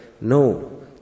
No